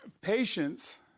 patience